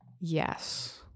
Yes